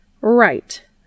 Right